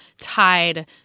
tied